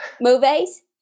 Movies